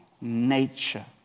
nature